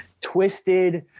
twisted